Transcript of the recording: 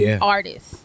artist